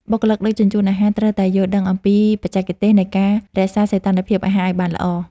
បុគ្គលិកដឹកជញ្ជូនអាហារត្រូវតែយល់ដឹងអំពីបច្ចេកទេសនៃការរក្សាសីតុណ្ហភាពអាហារឱ្យបានល្អ។